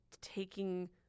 taking